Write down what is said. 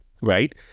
right